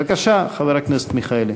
בבקשה, חבר הכנסת מיכאלי.